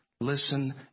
listen